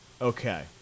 Okay